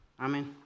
Amen